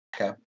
Okay